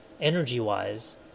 energy-wise